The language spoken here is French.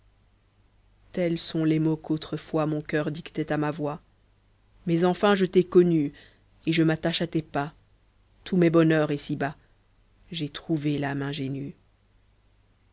tels sont les mots qu'autrefois mon coeur dictait à ma voix mais enfin je t'ai connue et je m'attache à tes pas tout m'est bonheur ici-bas j'ai trouvé l'âme ingénue